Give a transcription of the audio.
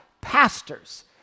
pastors